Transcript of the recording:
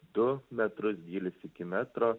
du metrus gylis iki metro